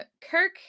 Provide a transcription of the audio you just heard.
Kirk